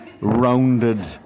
rounded